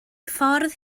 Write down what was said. ffordd